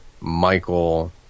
Michael